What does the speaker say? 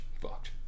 fucked